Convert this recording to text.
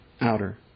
outer